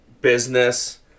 business